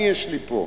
אני, יש לי פה.